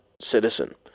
citizen